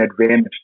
advantage